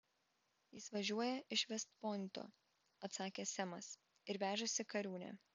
jis važiuoja iš vest pointo atsakė semas ir vežasi kariūnę